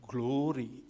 Glory